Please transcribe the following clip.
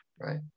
right